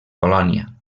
colònia